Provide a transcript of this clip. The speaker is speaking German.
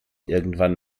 irgendwann